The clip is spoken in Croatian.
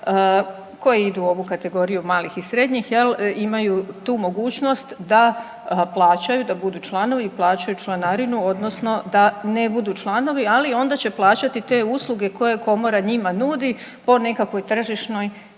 koje idu u ovu kategoriju malih i srednjih imaju tu mogućnost da plaćaju, da budu članovi i plaćaju članarinu, odnosno da ne budu članovi. Ali onda će plaćati te usluge koje Komora njima nudi po nekakvoj tržišnoj